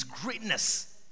greatness